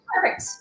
perfect